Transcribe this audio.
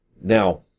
Now